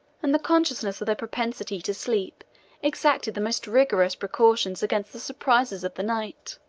and the consciousness of their propensity to sleep exacted the most rigorous precautions against the surprises of the night.